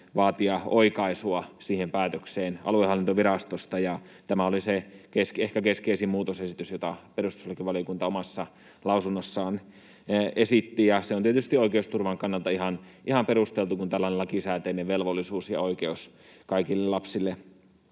vaatia oikaisua aluehallintovirastosta, ja tämä oli se ehkä keskeisin muutosesitys, jota perustuslakivaliokunta omassa lausunnossaan esitti. Se on tietysti oikeusturvan kannalta ihan perusteltu, kun tällainen lakisääteinen velvollisuus ja oikeus kaikille lapsille